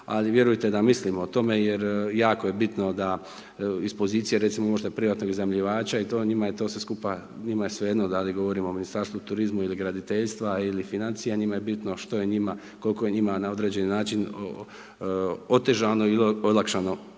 ali vjerujte da mislimo o tome jer jako je bitno da iz pozicije recimo…/Govornik se ne razumije/… privatnog iznajmljivača i to njima je to sve skupa, njima je svejedno da li govorimo o Ministarstvu turizma ili graditeljstva ili financija, njima je bitno što je njima, koliko je njima na određeni način otežano ili olakšano